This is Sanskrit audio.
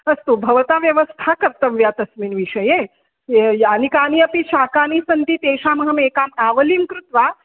अस्तु भवता व्यवस्था कर्तव्या तस्मिन् विषये ये यानि कानि अपि शाकानि सन्ति तेषामहम् एकाम् आवलीं कृत्वा